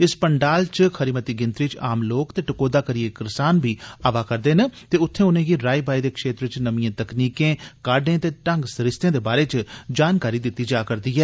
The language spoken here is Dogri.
इस पंडाल च खरी मती गिनतरी च आम लोक ते टकोहदा करियै करसान बी अवा करदे न जित्थे उनेंगी राई बाई दे क्षेत्र च नमियें तकनीकें काहड़े ते ढंग सरिस्ते दे बारै च जानकारी दिती जा रदी ऐ